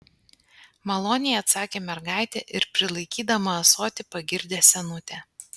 maloniai atsakė mergaitė ir prilaikydama ąsotį pagirdė senutę